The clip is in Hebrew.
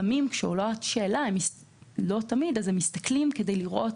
לפעמים כשעולה שאלה הם מסתכלים כדי לראות